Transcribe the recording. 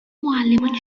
معلمان